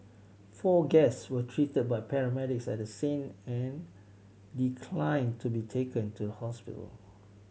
four guest were treated by paramedics at the scene and declined to be taken to the hospital